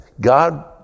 God